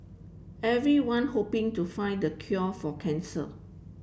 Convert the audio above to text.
everyone hoping to find the cure for cancer